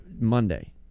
Monday